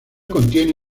contiene